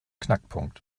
knackpunkt